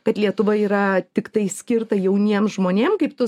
kad lietuva yra tiktai skirta jauniems žmonėm kaip tu